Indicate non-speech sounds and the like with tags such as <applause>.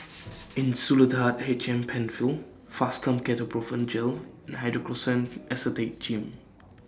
<noise> Insulatard H M PenFill Fastum Ketoprofen Gel and Hydrocortisone Acetate Jim